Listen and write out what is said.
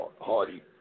Hardy